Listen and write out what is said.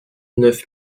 neuf